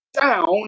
down